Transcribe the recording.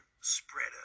spreader